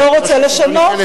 שלא רוצה לשנות,